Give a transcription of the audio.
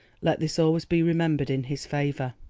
let this always be remembered in his favour.